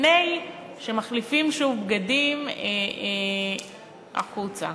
לפני שמחליפים שוב בגדים כדי לצאת החוצה.